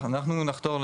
אנחנו נחתור,